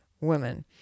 women